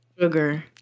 Sugar